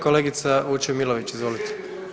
Kolegica Vučemilović izvolite.